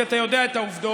כי אתה יודע את העובדות,